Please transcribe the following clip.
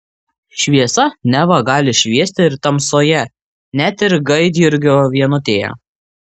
šviesa neva gali šviesti ir tamsoje net ir gaidjurgio vienutėje